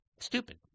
Stupid